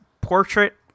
portrait